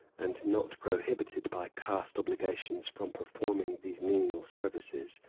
and not prohibited by caste obligations from performing these menial services,